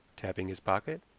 tapping his pocket.